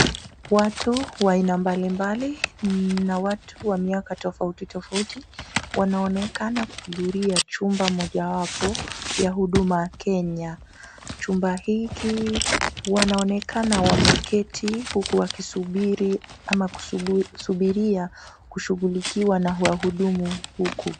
Watu wa aina mbalimbali na watu wa miaka tofauti tofauti wanaonekana kuudhuria chumba mojawapo ya huduma Kenya. Chumba hiki, wanaonekana wameketi huku wakisubiri ama kusubiria kushughulikiwa na wahudumu huku.